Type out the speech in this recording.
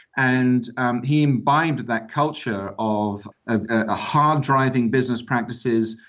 and and he imbibed that culture of ah hard-driving business practices,